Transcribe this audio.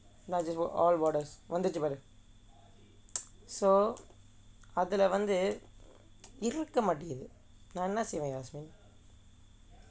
largest were all borders வந்துருச்சு பாரு:vanthuruchu paaru so அதிலே வந்து இருக்க மாட்டிறது நான் என்ன செய்ய:athilae vanthu irukka mathirathu naan enna seiya